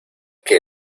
que